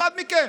אחד מכם.